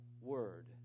word